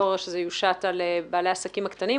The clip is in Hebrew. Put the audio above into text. פורר שזה יושת על בעלי העסקים הקטנים,